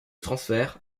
transfert